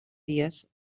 dies